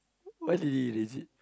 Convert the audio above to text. why did he erase it